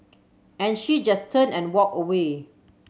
and she just turned and walked away